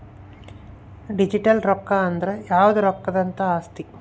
digital ರೊಕ್ಕ ಅಂದ್ರ ಯಾವ್ದೇ ರೊಕ್ಕದಂತಹ ಆಸ್ತಿ